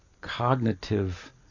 cognitive